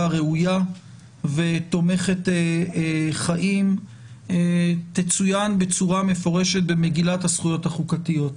ראויה ותומכת חיים תצוין בצורה מפורשת במגילת הזכויות החוקתיות.